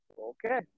Okay